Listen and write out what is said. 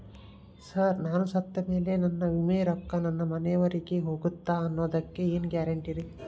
Sir ನಾನು ಸತ್ತಮೇಲೆ ನನ್ನ ವಿಮೆ ರೊಕ್ಕಾ ನನ್ನ ಮನೆಯವರಿಗಿ ಹೋಗುತ್ತಾ ಅನ್ನೊದಕ್ಕೆ ಏನ್ ಗ್ಯಾರಂಟಿ ರೇ?